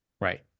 right